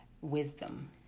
wisdom